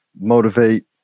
motivate